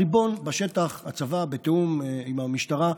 הריבון בשטח הוא הצבא, בתיאום עם המשטרה,